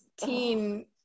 teen